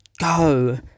go